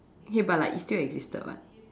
okay but like it still existed [what]